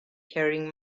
carrying